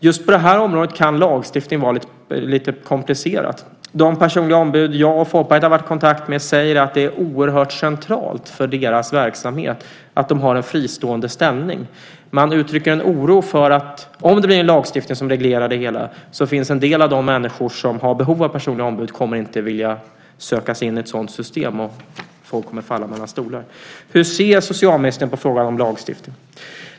Just på detta område kan lagstiftning vara lite komplicerat. De personliga ombud jag och Folkpartiet har varit i kontakt med säger att det är oerhört centralt för deras verksamhet att de har en fristående ställning. Man uttrycker en oro för att om det blir en lagstiftning som reglerar detta så kommer en del av de människor som har behov av personliga ombud inte att vilja söka sig in i ett sådant system, och folk kommer att falla mellan stolarna. Hur ser socialministern på frågan om lagstiftning?